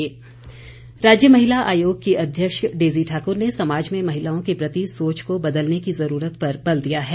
कार्यशाला राज्य महिला आयोग की अध्यक्ष डेजी ठाकुर ने समाज में महिलाओं के प्रति सोच को बदलने की ज़रूरत पर बल दिया है